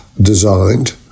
designed